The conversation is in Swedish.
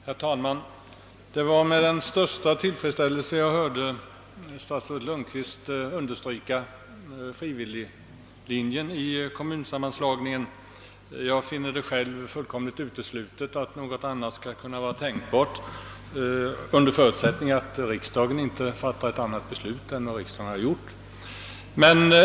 Herr talman! Det var med största tillfredsställelse jag hörde statsrådet Lundkvist understryka frivilliglinjen i kommunsammanslagningen. Jag finner det själv fullkomligt uteslutet att något annat skulle vara tänkbart under förutsättning att riksdagen inte fattar nytt beslut i ärendet.